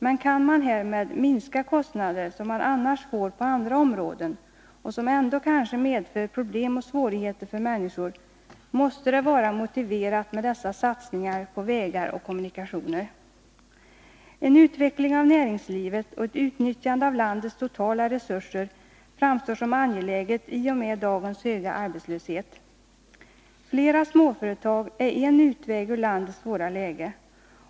Men om man härmed kan minska kostnader som man annars får på andra områden och som kanske medför problem och svårigheter för människor, måste det vara motiverat med dessa satsningar på vägar och kommunikationer. En utveckling av näringslivet och ett utnyttjande av landets totala resurser framstår som angeläget i och med dagens höga arbetslöshet. Flera småföretag är en utväg ur landets svåra läge.